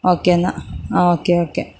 okay എന്നാൽ okay okay